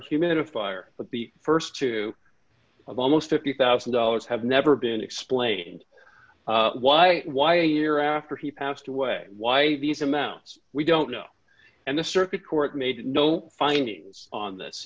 humidifier but the st two almost fifty thousand dollars have never been explained why why a year after he passed away why these amounts we don't know and the circuit court made no findings on this